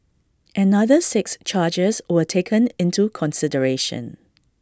another six charges were taken into consideration